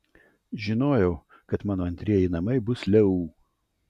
žinojau kad mano antrieji namai bus leu